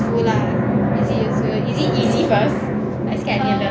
useful lah is it useful is it easy first I scared difficult